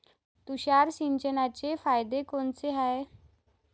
तुषार सिंचनाचे फायदे कोनचे हाये?